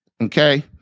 Okay